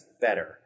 better